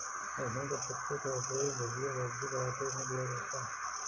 सरसों के पत्ते का उपयोग भुजिया सब्जी पराठे में किया जाता है